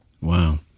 Wow